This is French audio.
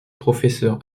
professeure